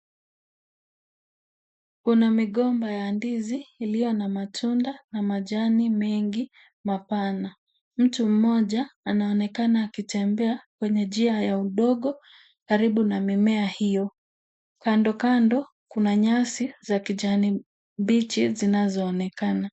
Kuna migomba ya ndizi iliyio na matunda mna majani mengi mapana. Mtu mmoja anaonekana akitembea kwenye njia ya udongo karibu na mimea hiyo. Kando kando kuna nyasi za kijani mbichi zinazoonekana.